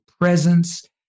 presence